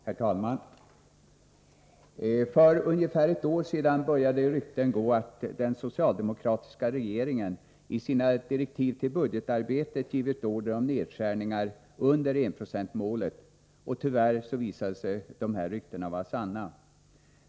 Herr talman! För ungefär ett år sedan började rykten gå om att den socialdemokratiska regeringen i sina direktiv för budgetarbetet givit order om nedskärningar i biståndspolitiken under enprocentsmålet. Tyvärr visade sig dessa rykten vara sanna.